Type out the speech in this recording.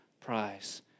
prize